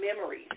memories